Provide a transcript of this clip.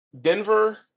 Denver